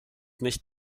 nicht